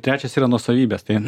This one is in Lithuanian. trečias yra nuosavybės